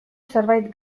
zerbait